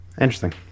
interesting